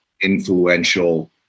influential